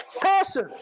person